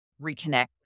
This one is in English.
reconnect